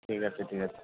ঠিক আছে ঠিক আছে